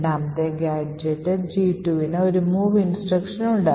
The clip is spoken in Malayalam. രണ്ടാമത്തെ ഗാഡ്ജെറ്റ് G2 ന് ഒരു മൂവ് ഇൻസ്ട്രക്ഷൻ ഉണ്ട്